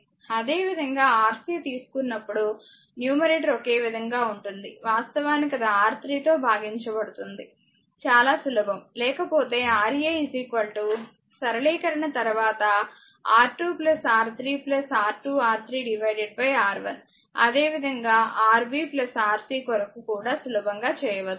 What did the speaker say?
అదేవిధంగా Rc తీసుకున్నప్పుడు numerator ఒకే విధంగా ఉంటుంది వాస్తవానికి అది R3 తో భాగించబడుతుంది చాలా సులభం లేకపోతే Ra సరళీకరణ తర్వాత R2R3 R2R3R 1అదేవిధంగా R b మరియు Rc కొరకు కూడా సులభంగా చేయవచ్చు